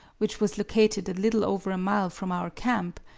which was located a little over a mile from our camp,